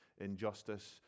injustice